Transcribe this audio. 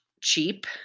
cheap